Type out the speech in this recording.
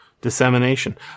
dissemination